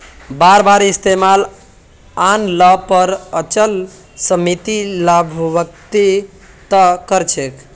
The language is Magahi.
बार बार इस्तमालत आन ल पर अचल सम्पत्ति लाभान्वित त कर छेक